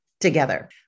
together